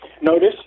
Notice